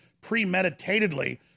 premeditatedly